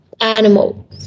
animal